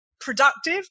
productive